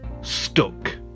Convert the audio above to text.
stuck